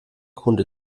kunde